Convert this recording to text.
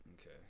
Okay